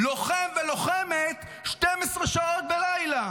"לוחם ולוחמת, 12 שעות בלילה".